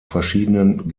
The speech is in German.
verschiedenen